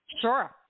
Sure